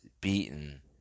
beaten